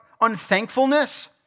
unthankfulness